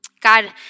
God